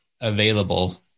available